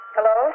Hello